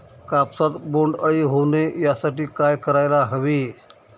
कापसात बोंडअळी होऊ नये यासाठी काय करायला हवे?